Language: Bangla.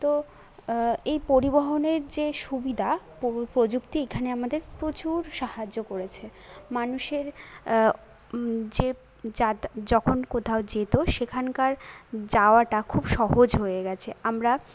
তো এই পরিবহনের যে সুবিধা প্রযুক্তি এখানে আমাদের প্রচুর সাহায্য করেছে মানুষের যে যার যখন কোথাও যেতো সেখানকার যাওয়াটা খুব সহজ হয়ে গেছে আমরা